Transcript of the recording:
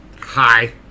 Hi